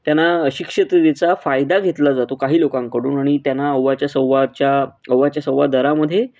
त्यांना अशिक्षिततेचा फायदा घेतला जातो काही लोकांकडून आणि त्यांना आव्वाच्या सव्वाच्या आव्वाच्या सव्वा दरामध्ये